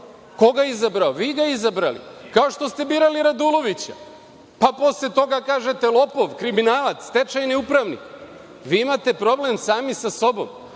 Koga je izabrao? Vi, ga izabrali. Kao što ste birali Radulovića. Pa, posle toga kažete – lopov, kriminalac, stečajni upravnik. Vi imate problem sami sa sobom.